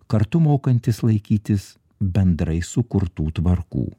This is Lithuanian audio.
kartu mokantis laikytis bendrai sukurtų tvarkų